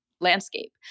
landscape